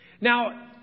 Now